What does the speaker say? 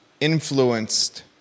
influenced